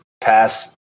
pass